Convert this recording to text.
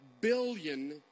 billion